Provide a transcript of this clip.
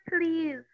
please